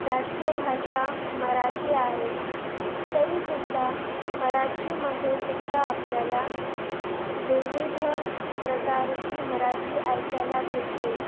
राज्यभाषा मराठी आहे तरीसुद्धा मराठीमध्ये सुद्धा आपल्याला विविध प्रकारची मराठी ऐकायला भेटते